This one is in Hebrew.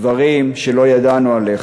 דברים שלא ידענו עליך.